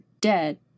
dead